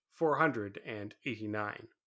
489